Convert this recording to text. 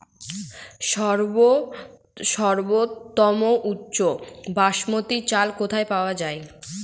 সর্বোওম উচ্চ বাসমতী চাল কোথায় পওয়া যাবে?